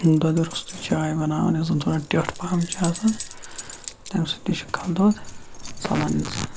دۄدٕ روٚستُے چاے بَناوان یَتھ زَن دۄد ٹیٚٹھ پَہَم چھِ آسان تَمہِ سۭتۍ تہِ چھُ کَلہٕ دود ژَلان اِنسانَس